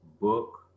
book